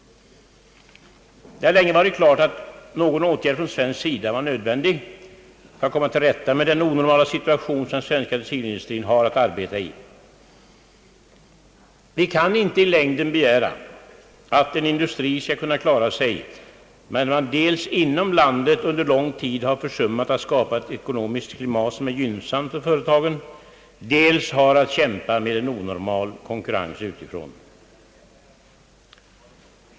Det har länge stått klart att någon åtgärd från svensk sida varit nödvändig för att komma till rätta med den onormala situation, som den svenska textilindustrien har att arbeta i. Vi kan inte i längden begära att en industri skall kunna klara sig när det under lång tid har försummats ati skapa ett för företagen gynnsamt ekonomiskt klimat och industrien i fråga dessutom har att kämpa med en onormal konkurrens utifrån.